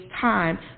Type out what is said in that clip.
time